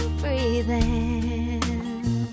breathing